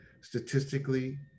statistically